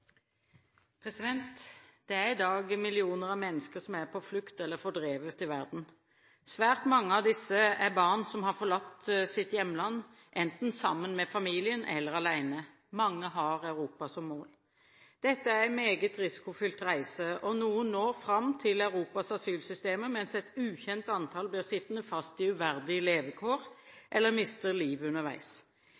omme. Det er i dag millioner av mennesker som er på flukt eller fordrevet i verden. Svært mange av disse er barn som har forlatt sitt hjemland, enten sammen med familien eller alene. Mange har Europa som mål. Dette er en meget risikofylt reise. Noen når fram til Europas asylsystemer, mens et ukjent antall blir sittende fast i uverdige levekår